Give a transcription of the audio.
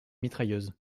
mitrailleuse